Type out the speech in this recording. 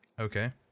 Okay